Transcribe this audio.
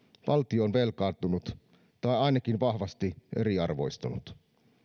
valtio on velkaantunut tai ainakin vahvasti eriarvoistunut